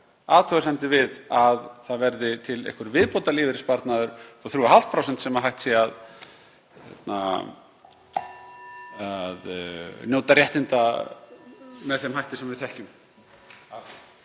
athugasemdir við að til verði einhver viðbótarlífeyrissparnaður upp á 3,5% sem hægt sé að njóta réttinda af með þeim hætti sem við þekkjum.